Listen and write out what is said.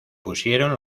pusieron